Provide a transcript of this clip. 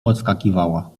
podskakiwała